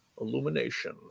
illumination